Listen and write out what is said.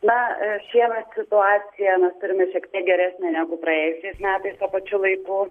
na šiemet situaciją mes turime šiek tiek geresnę negu praėjusiais metais tuo pačiu laiku